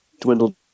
dwindled